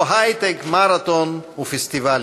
או היי-טק, מרתון ופסטיבלים?